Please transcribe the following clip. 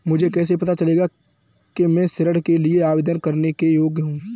मुझे कैसे पता चलेगा कि मैं ऋण के लिए आवेदन करने के योग्य हूँ?